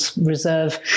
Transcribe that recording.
reserve